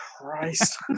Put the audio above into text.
Christ